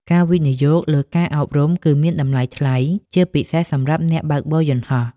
ការវិនិយោគលើការអប់រំ គឺមានតម្លៃថ្លៃ ជាពិសេសសម្រាប់អ្នកបើកបរយន្តហោះ។